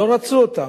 לא רצו אותם.